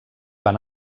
van